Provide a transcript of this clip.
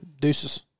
deuces